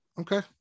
Okay